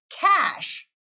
cash